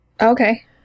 okay